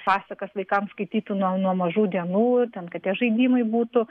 pasakas vaikams skaitytų nuo nuo mažų dienų ten kad tie žaidimai būtų